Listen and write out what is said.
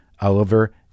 oliver